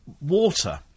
water